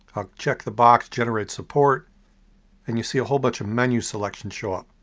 i'll check the box generate support and you see a whole bunch of menu selections show up.